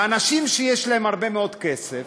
לאנשים שיש להם הרבה מאוד כסף,